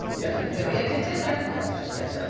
yes, yes, yeah contender. yes, yes, yes,